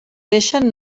deixen